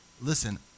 Listen